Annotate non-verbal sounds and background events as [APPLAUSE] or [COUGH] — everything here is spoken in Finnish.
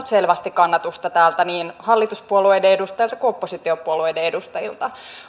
[UNINTELLIGIBLE] selvästi kannatusta täältä niin hallituspuolueiden edustajilta kuin oppositiopuolueiden edustajilta